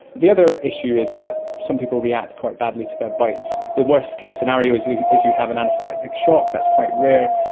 the other issue is that some people react quite badly to their bites. the worst case scenario is you is you have an anaphylactic shock, that's quite rare,